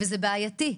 זה בעייתי,